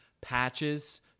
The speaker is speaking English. patches